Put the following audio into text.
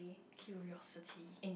curiosity